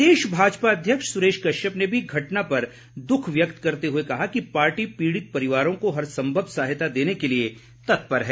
प्रदेश भाजपा अध्यक्ष सुरेश कश्यप ने भी घटना पर दुख व्यक्त करते हुए कहा कि पार्टी पीड़ित परिवारों को हर संभव सहायता देने के लिए तत्पर है